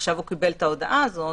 ועכשיו הוא קיבל את ההודעה הזאת,